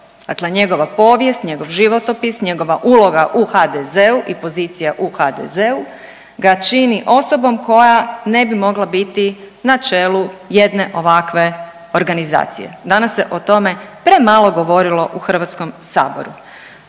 Dakle njegova povijest, njegov životopis, njegova uloga u HDZ-u i pozicija u HDZ-u ga čini osobom koja ne bi mogla biti na čelu jedne ovakve organizacije. Danas se o tome premalo govorilo u HS, a